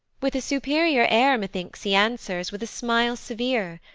with a superior air methinks he answers with a smile severe,